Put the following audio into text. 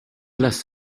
las